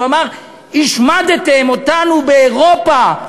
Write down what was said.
והוא אמר: השמדתם אותנו באירופה,